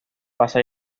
pasa